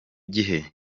gihe